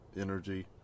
energy